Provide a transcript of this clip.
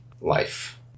life